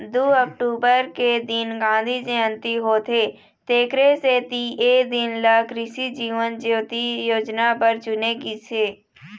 दू अक्टूबर के दिन गांधी जयंती होथे तेखरे सेती ए दिन ल कृसि जीवन ज्योति योजना बर चुने गिस हे